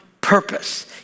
purpose